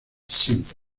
siempre